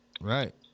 Right